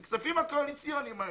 זה בא מהכספים הקואליציוניים האלה.